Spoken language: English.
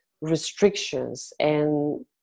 restrictions—and